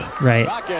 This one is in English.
Right